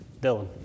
Dylan